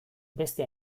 beste